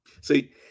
See